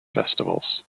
festivals